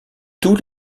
tous